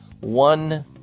one